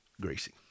Gracie